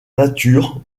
nature